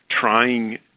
trying